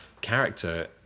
Character